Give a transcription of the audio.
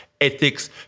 ethics